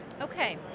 Okay